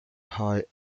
high